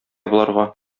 боларга